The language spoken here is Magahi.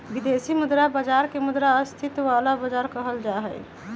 विदेशी मुद्रा बाजार के मुद्रा स्थायित्व वाला बाजार कहल जाहई